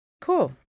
Cool